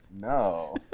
No